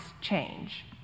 change